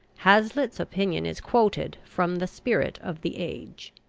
hazlitt's opinion is quoted from the spirit of the age